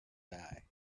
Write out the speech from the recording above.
die